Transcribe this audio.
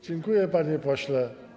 Dziękuję, panie pośle.